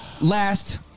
last